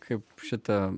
kaip šitą